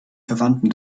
verwandten